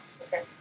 Okay